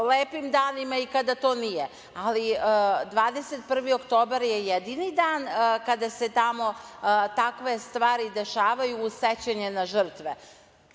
lepim danima, i kada to nije. Ali, 21. oktobar je jedini dan kada se tamo takve stvari dešavaju u sećanje na žrtve.